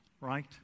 right